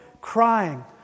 crying